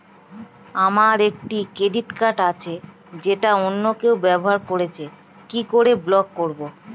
আমার একটি credit card আছে যেটা অন্য কেউ ব্যবহার করছে কি করে ব্লক করবো?